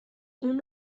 اون